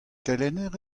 kelenner